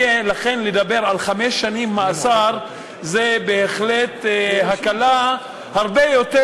לכן לדבר על חמש שנים מאסר זה בהחלט מקל הרבה יותר